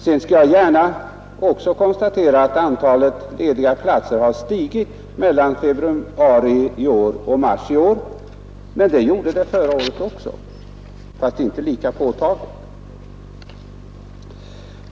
Sedan skall jag gärna också konstatera att antalet lediga platser har stigit mellan februari och mars i år, men så skedde också förra året fastän inte lika påtagligt.